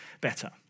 better